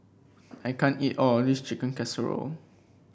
I can't eat all of this Chicken Casserole